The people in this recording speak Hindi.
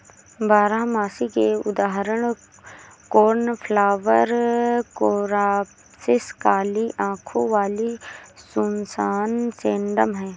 बारहमासी के उदाहरण कोर्नफ्लॉवर, कोरॉप्सिस, काली आंखों वाली सुसान, सेडम हैं